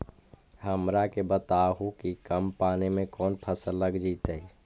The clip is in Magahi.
हमरा के बताहु कि कम पानी में कौन फसल लग जैतइ?